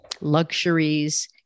luxuries